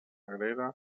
sagrera